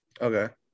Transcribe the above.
Okay